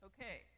Okay